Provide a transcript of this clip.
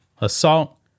assault